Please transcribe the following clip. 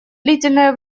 длительное